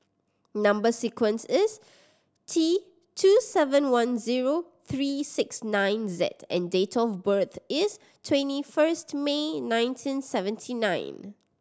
number sequence is T two seven one zero three six nine Z and date of birth is twenty first May nineteen seventy nine